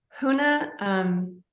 HUNA